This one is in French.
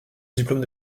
diplôme